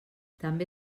també